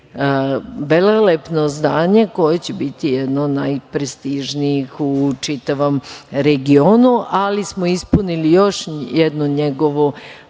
velelepno zdanje koje će biti jedno od najprestižnijih u čitavom regionu. Ispunili smo i još jednu njegovu